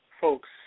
folks